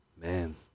man